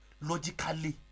Logically